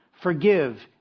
Forgive